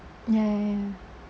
ya ya ya